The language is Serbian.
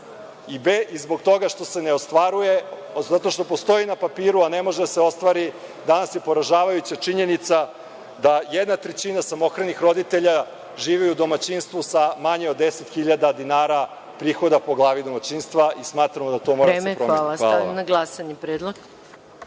Zbog toga što se ne ostvaruje, zato što postoji na papiru a ne može da se ostvari, danas je poražavajuća činjenica da jedna trećina samohranih roditelja živi u domaćinstvu sa manje od 10.000 dinara prihoda po glavi domaćinstva i smatramo da to mora da se promeni. Hvala vam. **Maja Gojković** Vreme.